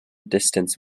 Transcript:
distance